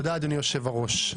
תודה, אדוני היושב בראש.